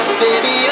baby